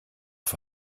auf